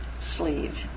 sleeve